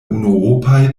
unuopaj